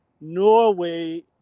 Norway